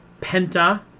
Penta